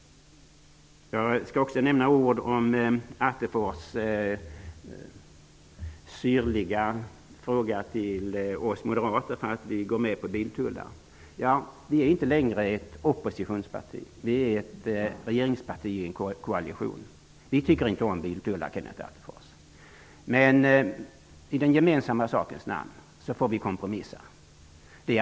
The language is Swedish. Jag skall också nämna några ord om Attefors syrliga kommentar till oss moderater om att vi går med på biltullar. Vi är inte längre ett oppositionsparti. Vi är ett regeringsparti i en koalition. Vi tycker inte om biltullar, Kenneth Attefors. Men i den gemensamma sakens namn får vi kompromissa.